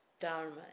Dharma